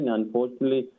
unfortunately